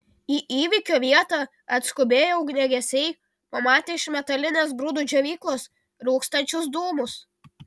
į įvykio vietą atskubėję ugniagesiai pamatė iš metalinės grūdų džiovyklos rūkstančius dūmus